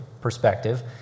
perspective